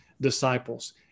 disciples